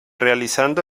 realizando